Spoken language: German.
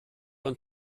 und